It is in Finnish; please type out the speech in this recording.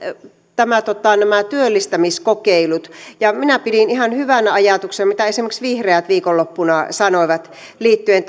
nämä työllistämiskokeilut minä pidin ihan hyvänä ajatuksena sitä mitä esimerkiksi vihreät viikonloppuna sanoivat maahanmuuttajiin liittyen